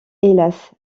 hélas